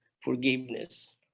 forgiveness